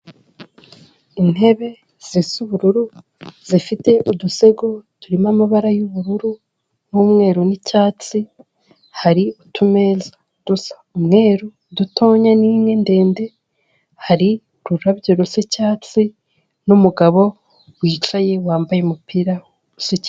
Intebe zisa ubururu zifite udusego turimo amabara y'ubururu, umweru, n'icyatsi, hari utumeza dusa umweru dutoya n'indi ndende, hari ururabyo rusa icyatsi n'unumugabo wicaye wambaye umupira.